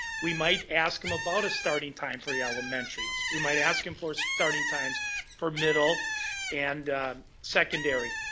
we might ask em about a starting time for elementaries. we might ask em for starting times for middle and secondary.